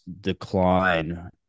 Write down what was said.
decline